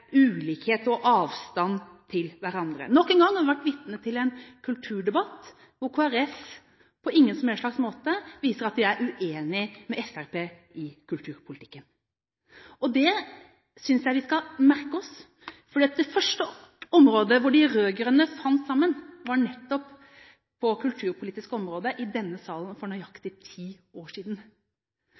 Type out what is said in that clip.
ulikhet og avstand til hverandre. Nok en gang har vi vært vitne til en kulturdebatt hvor Kristelig Folkeparti på ingen som helst slags måte viser at de er uenige med Fremskrittspartiet i kulturpolitikken. Det synes jeg at vi skal merke oss, for det første området der de rød-grønne fant sammen, var nettopp det kulturpolitiske området i denne salen for nøyaktig ti år siden.